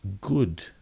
good